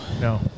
No